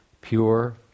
pure